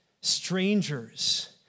strangers